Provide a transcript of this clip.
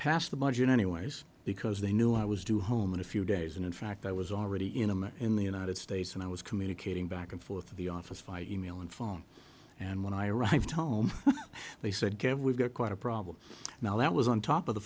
passed the budget anyways because they knew i was due home in a few days and in fact i was already in a mess in the united states and i was communicating back and forth of the office fight email and phone and when i arrived home they said kev we've got quite a problem now that was on top of the